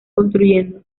construyendo